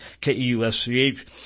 K-E-U-S-C-H